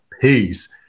Peace